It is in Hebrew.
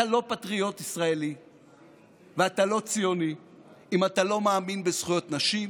אתה לא פטריוט ישראלי ואתה לא ציוני אם אתה לא מאמין בזכויות נשים,